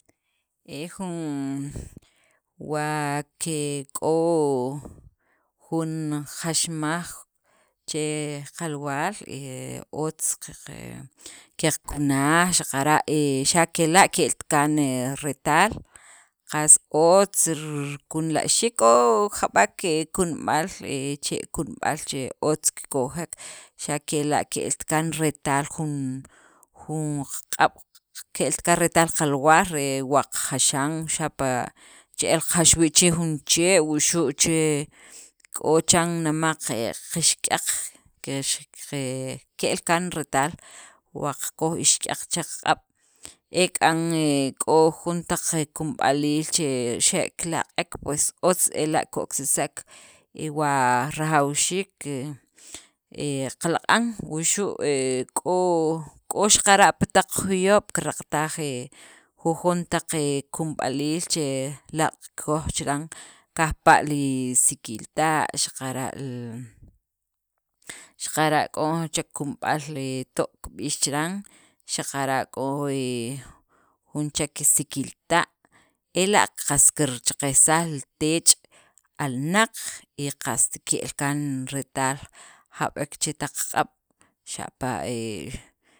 E jun wa ke k'o jun jaxmaj che qalwaal, he otz qeq qeqkunaj xaqara' xa' kela' ke'lt kaan retaal, qas otz rikunla'xiik, k'o jab'ek he kunub'al, chee' kunub'al che otz kikojek, xa' kela' ke'lt kaan retaal jun jun qaq'ab', ke'lt kaan retaal qalwaal re wa qajaxan, xapa' che'el qaqjax wii' che jun chee' wuxu' che k'o chiran nemaq qixk'yaq kex ke'l kaan retaal wa qakoj ixk'yaq che qaq'ab' e k'an k'o jujon taq kunb'aliil che xe' kelaq'ek pues otz ela' ko'ksisek y wa rajawxiik qe he qalaq'an, wuxu' he k'o k'o xaqara' pi taq juyob' kiraqtaj jujon taq kunb'aliil che laaq' qakoj chan, kajpa' li sikilta', xaqara' l xaqara' k'o jun chek kunub'al to' kib'ix chiran, xaqara' k'o he jun chek sikilta', ela' qas kircheqejsaj li teech' alnaq y qast ke'l kaan retal jab'ek che taq qaq'ab' xapa' he